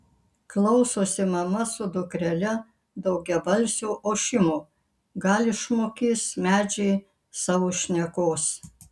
klausosi mama su dukrele daugiabalsio ošimo gal išmokys medžiai savo šnekos